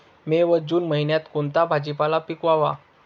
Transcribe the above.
मे व जून महिन्यात कोणता भाजीपाला पिकवावा?